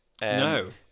No